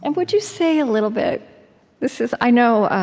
and would you say a little bit this is i know,